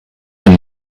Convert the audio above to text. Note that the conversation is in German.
dem